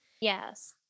Yes